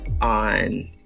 on